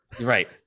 Right